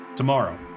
tomorrow